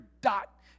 dot